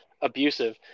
abusive